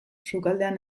sukaldean